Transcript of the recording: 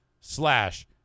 slash